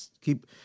keep